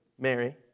Mary